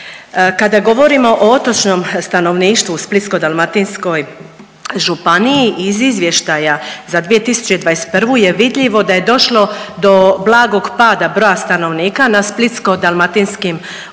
Kada govorimo o otočnom stanovništvu u Splitsko-dalmatinskoj županiji iz izvještaja za 2021. je vidljivo da je došlo do blagog pada broja stanovnika na Splitsko-dalmatinskim otocima